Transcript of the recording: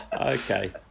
Okay